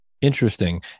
Interesting